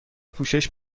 پوشش